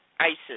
ISIS